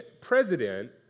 president